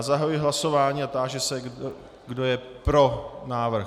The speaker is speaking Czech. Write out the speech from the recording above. Zahajuji hlasování a táži se, kdo je pro návrh.